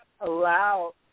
allow